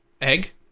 Egg